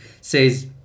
says